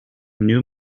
new